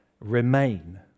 Remain